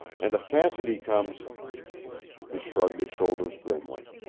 and if cassidy comes he shrugged his shoulders grimly.